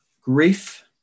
grief